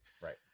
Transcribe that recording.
Right